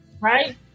right